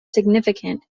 significant